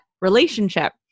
relationship